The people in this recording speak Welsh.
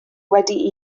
wedi